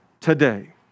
today